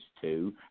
two